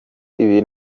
ibi